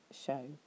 show